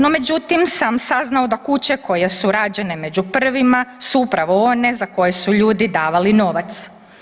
No međutim sam saznao da kuće koje su rađene među prvima su upravo one za koje su ljudi davali novac.